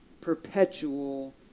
perpetual